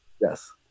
Yes